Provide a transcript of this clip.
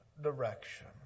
direction